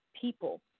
people